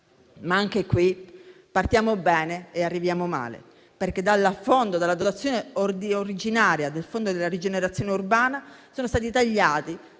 Anche qui però partiamo bene e arriviamo male, perché dalla dotazione originaria del Fondo per la rigenerazione urbana, sono stati tagliati